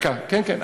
כן, כן.